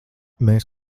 mēs